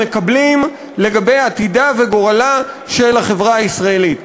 מקבלים לגבי עתידה וגורלה של החברה הישראלית.